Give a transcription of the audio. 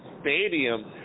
stadium